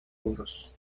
duros